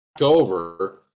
over